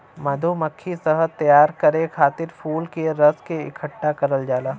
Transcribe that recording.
मधुमक्खी शहद तैयार करे खातिर फूल के रस के इकठ्ठा करल जाला